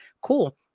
cool